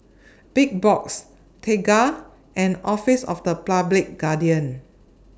Big Box Tengah and Office of The Public Guardian